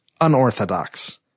unorthodox